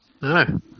No